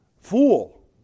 Fool